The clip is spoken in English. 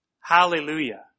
Hallelujah